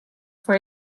for